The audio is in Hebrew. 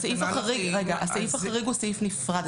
הסעיף החריג הוא סעיף נפרד.